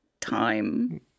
time